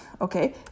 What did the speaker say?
okay